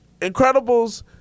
Incredibles